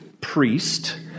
priest